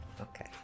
Okay